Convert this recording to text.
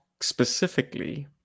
specifically